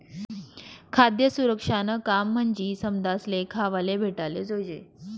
खाद्य सुरक्षानं काम म्हंजी समदासले खावाले भेटाले जोयजे